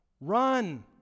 run